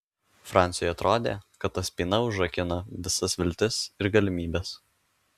franciui atrodė kad ta spyna užrakina visas viltis ir galimybes